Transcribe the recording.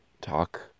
talk